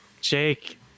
Jake